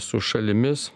su šalimis